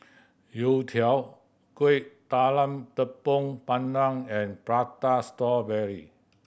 youtiao Kueh Talam Tepong Pandan and Prata Strawberry